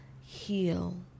Heal